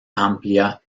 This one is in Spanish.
amplia